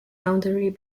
boundary